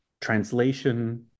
translation